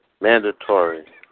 Mandatory